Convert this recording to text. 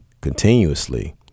continuously